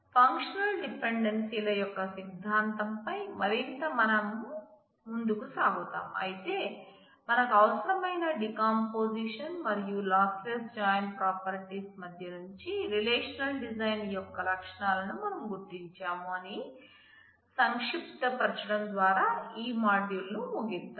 functional డిపెండెన్సీల యొక్క సిద్ధాంతంపై మరింత మన సాగిస్తాం అయితే మనకు అవసరమైన డీకంపోజిషన్ మరియు లాస్లెస్ జాయిన్ ప్రాపర్టీస్ మధ్య మంచి రిలేషనల్ డిజైన్ ల యొక్క లక్షణాలను మనం గుర్తించాం అని సంక్షిప్తీకరించడం ద్వారా ఈ మాడ్యూల్ ని ముగిద్దాం